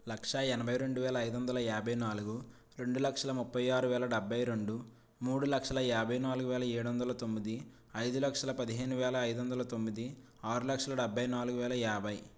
లక్ష ఎనభై రెండు వేల ఐదువందల యాభై నాలుగు రెండు లక్షల ముప్పై ఆరు వేల డెబ్భై రెండు మూడు లక్షల యాభై నాలుగువేల ఏడు వందల తొమ్మిది ఐదు లక్షల పదిహేను వేల ఐదు వందల తొమ్మిది ఆరులక్షల డెబ్భై నాలుగు వేల యాభై